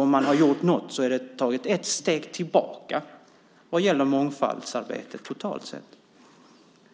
Om något har gjorts så är det att ta ett steg tillbaka vad gäller mångfaldsarbete totalt sett.